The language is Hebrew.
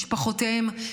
משפחותיהם,